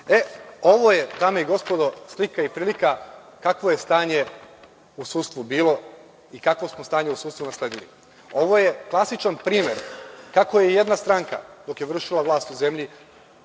je, dame i gospodo, slika i prilika kakvo je stanje u sudstvu bilo i kakvo smo stanje u sudstvu nasledili. Ovo je klasičan primer kako je jedna stranka, dok je vršila vlast u zemlji,